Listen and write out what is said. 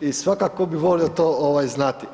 i svakako bi volio to ovaj znati.